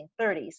1930s